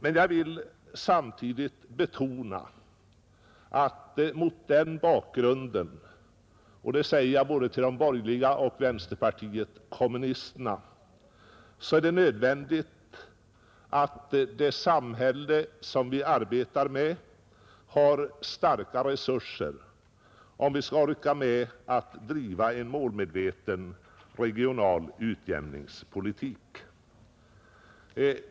Men jag vill samtidigt betona att mot den bakgrunden — och det säger jag både till de borgerliga och till vänsterpartiet kommunisterna — är det nödvändigt att det samhälle som vi arbetar med har starka resurser, om vi skall orka med att driva en målmedveten regional utjämningspolitik.